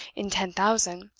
in ten thousand,